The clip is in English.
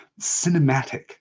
cinematic